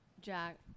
Jack